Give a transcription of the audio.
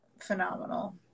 phenomenal